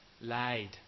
lied